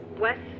West